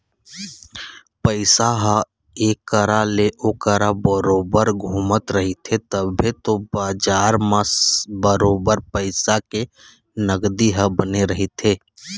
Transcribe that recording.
पइसा ह ऐ करा ले ओ करा बरोबर घुमते रहिथे तभे तो बजार म बरोबर पइसा के नगदी ह बने रहिथे